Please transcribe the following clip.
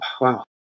wow